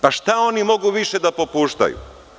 Pa šta oni mogu više da popuštaju?